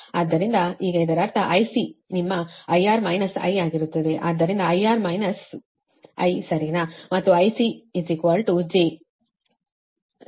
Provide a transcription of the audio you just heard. ಆದ್ದರಿಂದ ಈಗ ಇದರರ್ಥ IC ನಿಮ್ಮ IR I ಆಗಿರುತ್ತದೆ